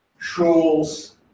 schools